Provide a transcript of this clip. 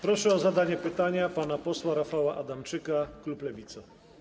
Proszę o zadanie pytania pana posła Rafała Adamczyka, klub Lewica.